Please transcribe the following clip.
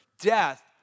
death